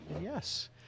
Yes